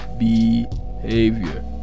Behavior